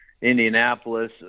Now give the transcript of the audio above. Indianapolis